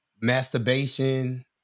masturbation